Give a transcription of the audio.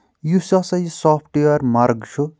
یُس ہَسا یہِ سافٹٕویر مَرگ چھُ